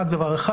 רק דבר אחד.